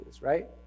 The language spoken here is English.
right